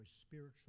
spiritual